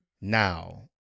Now